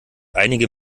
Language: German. einige